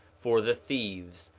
for the thieves,